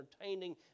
entertaining